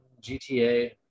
GTA